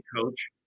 coach